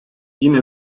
yine